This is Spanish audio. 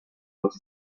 los